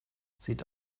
sieht